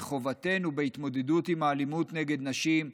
וחובתנו בהתמודדות עם האלימות נגד נשים,